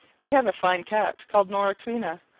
we have a fine cat called nora crena,